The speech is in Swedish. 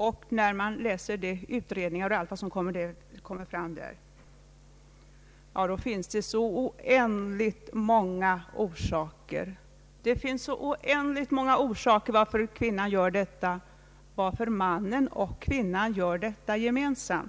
Den som har läst utredningar efter ansökningar om abort upptäcker att det finns oändligt många orsaker till en sådan ansökan — varför kvinnan vill ha abort eller varför både hon och mannen vill att hon skall